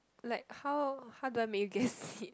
like how how do I do make you guess it